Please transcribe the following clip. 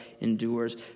endures